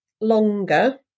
longer